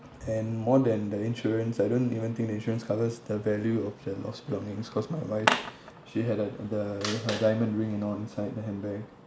and more than the insurance I don't even think the insurance covers the value of the loss belonging cause my wife she had a the her diamond ring you know inside the handbag